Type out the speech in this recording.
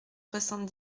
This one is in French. soixante